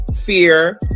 fear